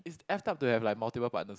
F up to have like multiple partners